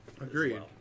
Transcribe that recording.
Agreed